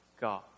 God